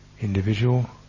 individual